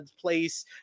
place